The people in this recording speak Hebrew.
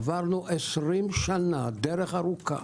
עברנו 20 שנה דרך ארוכה.